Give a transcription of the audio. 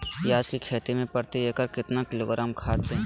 प्याज की खेती में प्रति एकड़ कितना किलोग्राम खाद दे?